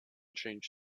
changed